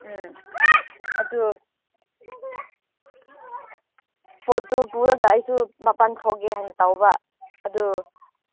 ꯎꯝ ꯑꯗꯨ ꯄꯣꯠꯇꯨ ꯄꯨꯔꯒ ꯑꯩꯁꯨ ꯃꯄꯥꯜ ꯊꯣꯛꯑꯒꯦ ꯍꯥꯏꯅ ꯇꯧꯕ ꯑꯗꯨ